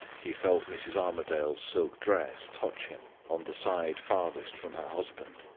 he felt mrs. armadale's silk dress touch him on the side furthest from her husband.